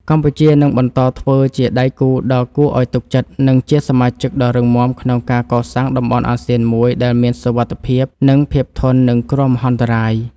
កម្ពុជានឹងបន្តធ្វើជាដៃគូដ៏គួរឱ្យទុកចិត្ត និងជាសមាជិកដ៏រឹងមាំក្នុងការកសាងតំបន់អាស៊ានមួយ ដែលមានសុវត្ថិភាព និងភាពធន់នឹងគ្រោះមហន្តរាយ។